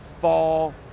fall